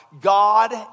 God